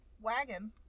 wagon